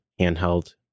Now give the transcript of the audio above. handheld